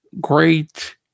great